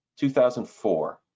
2004